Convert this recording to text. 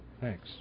Thanks